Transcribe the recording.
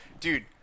dude